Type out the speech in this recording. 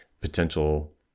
potential